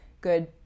good